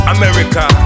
America